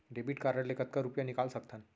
Debit card ले कतका रुपिया निकाल सकथन?